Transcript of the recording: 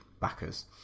backers